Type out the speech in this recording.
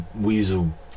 weasel